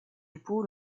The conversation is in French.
époux